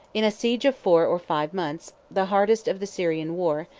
in a siege of four or five months, the hardest of the syrian war,